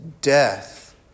death